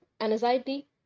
anxiety